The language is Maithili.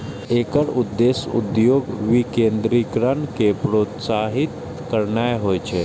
एकर उद्देश्य उद्योगक विकेंद्रीकरण कें प्रोत्साहित करनाय होइ छै